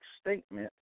statement